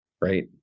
Right